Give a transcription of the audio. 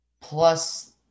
plus